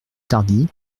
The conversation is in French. tardy